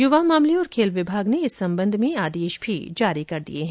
युवा मामले और खेल विभाग ने इस संबंध में आदेश भी जारी कर दिए हैं